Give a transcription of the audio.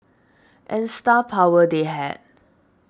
and star power they had